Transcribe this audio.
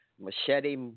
Machete